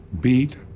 beat